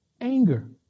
anger